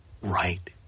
right